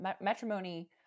matrimony